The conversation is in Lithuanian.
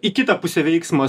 į kitą pusę veiksmas